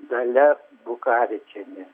dalia bukavičienė